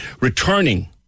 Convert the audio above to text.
Returning